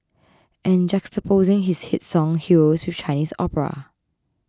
and juxtaposing his hit song Heroes with Chinese opera